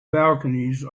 balconies